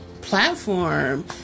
platform